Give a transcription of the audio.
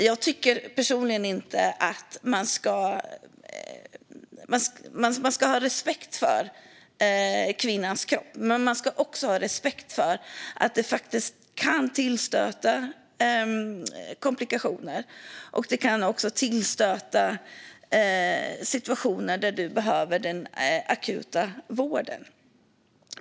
Jag tycker personligen att man ska ha respekt för kvinnans kropp, men man ska också ha respekt för att det faktiskt kan tillstöta komplikationer, och situationer kan uppstå då du behöver den akuta vården.